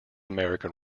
american